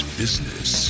business